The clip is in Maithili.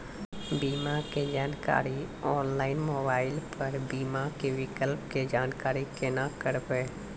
बीमा के जानकारी ऑनलाइन मोबाइल पर बीमा के विकल्प के जानकारी केना करभै?